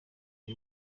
rwo